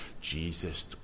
Jesus